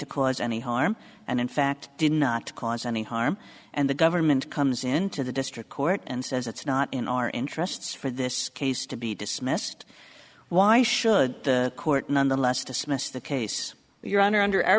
to cause any harm and in fact did not cause any harm and the government comes into the district court and says it's not in our interests for this case to be dismissed why should the court nonetheless dismiss the case your honor under our